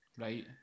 Right